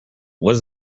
was